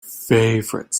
favorite